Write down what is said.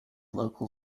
local